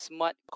Smart